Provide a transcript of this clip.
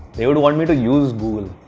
they would want me to use google.